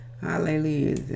Hallelujah